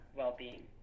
well-being